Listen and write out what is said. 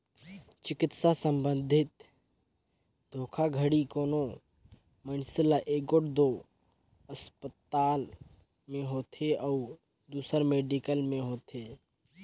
चिकित्सा संबंधी धोखाघड़ी कोनो मइनसे ल एगोट दो असपताल में होथे अउ दूसर मेडिकल में होथे